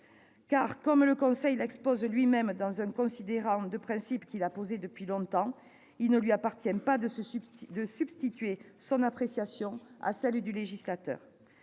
constitutionnel l'expose lui-même dans un considérant de principe qu'il a posé depuis longtemps, il ne lui appartient pas de substituer son appréciation à celle du législateur.